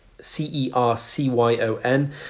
C-E-R-C-Y-O-N